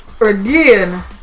again